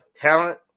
talent